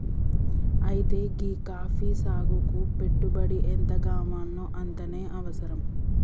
అయితే గీ కాఫీ సాగుకి పెట్టుబడి ఎంతగావాల్నో అంతనే అవసరం